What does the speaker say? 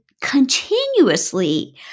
continuously